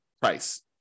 price